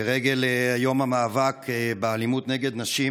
לרגל יום המאבק באלימות נגד נשים,